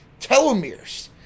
telomeres